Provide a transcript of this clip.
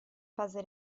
fase